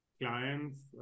clients